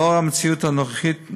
לאור המציאות הנוכחית,